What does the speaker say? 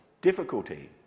difficulty